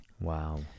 Wow